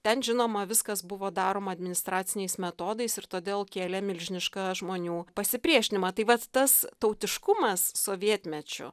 ten žinoma viskas buvo daroma administraciniais metodais ir todėl kėlė milžinišką žmonių pasipriešinimą tai vat tas tautiškumas sovietmečiu